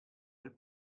bel